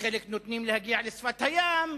לחלק נותנים להגיע לשפת הים,